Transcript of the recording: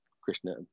Krishna